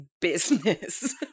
business